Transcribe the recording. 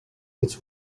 his